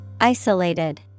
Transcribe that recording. Isolated